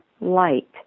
light